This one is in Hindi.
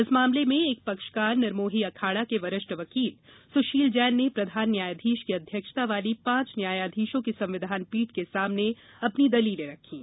इस मामले में एक पक्षकार निर्मोही अखाड़ा के वरिष्ठ वकील सुशील जैन ने प्रधान न्यायाधीश की अध्यक्षता वाली पांच न्यायाधीशों की संविधान पीठ के सामने अपने दलीलें रखीं